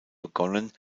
begonnen